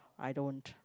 I don't